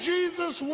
Jesus